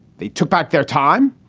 they took back their time.